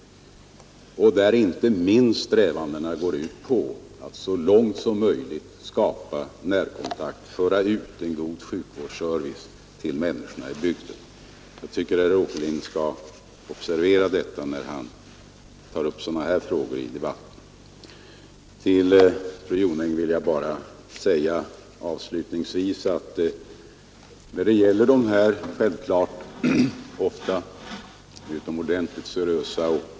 Hela utbyggnaden av öppenvården går ut på att så långt som möjligt skapa närkontakter och söka föra ut en god sjukvårdsservice till människorna i bygderna. Jag tycker att herr Åkerlind skall observera det, när han tar upp sådana här frågor i debatten. Till fru Jonäng vill jag bara säga avslutningsvis att frågorna om förlossningsvården självklart är utomordentligt seriösa.